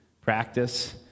practice